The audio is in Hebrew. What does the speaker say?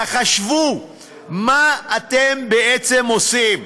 תחשבו מה אתם בעצם עושים.